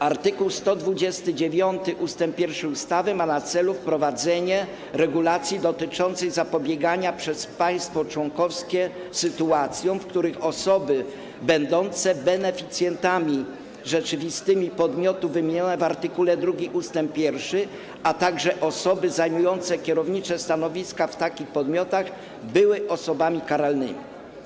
Art. 129 ust. 1 ustawy ma na celu wprowadzenie regulacji dotyczącej zapobiegania przez państwa członkowskie sytuacjom, w których osoby będące beneficjentami rzeczywistymi podmiotów wymienionych w art. 2 ust. 1, a także osoby zajmujące kierownicze stanowiska w takich podmiotach były osobami karalnymi.